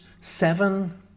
seven